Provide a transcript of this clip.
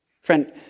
Friend